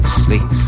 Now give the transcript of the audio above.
sleep